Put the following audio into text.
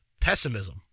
pessimism